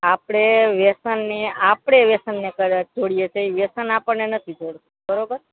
આપણે વ્યસનને આપણે વ્યસનને કદાચ છોડીએ પણ વ્યસન આપણને નથી છોડતું બરાબર